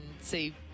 see